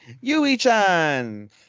Yui-chan